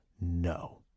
no